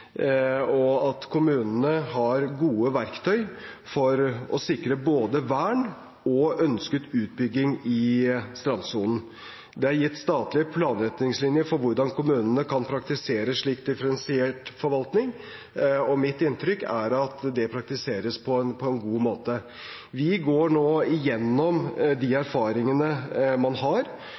og allemannsretten, og at kommunene har gode verktøy for å sikre både vern og ønsket utbygging i strandsonen. Det er gitt statlige planretningslinjer for hvordan kommunene kan praktisere slik differensiert forvaltning, og mitt inntrykk er at det praktiseres på en god måte. Vi går nå gjennom de erfaringene man har,